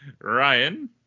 Ryan